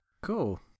Cool